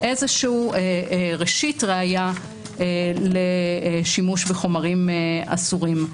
איזה ראשית ראיה לשימוש בחומרים אסורים.